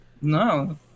No